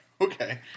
Okay